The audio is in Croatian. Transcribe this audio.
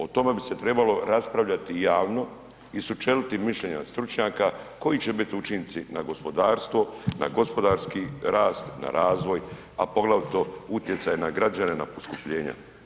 O tome bi se trebalo raspravljati javno i sučeliti mišljenje od stručnjaka koji biti učinci na gospodarstvo, na gospodarski rast, na razvoj a poglavito utjecaj na građane, na poskupljenje.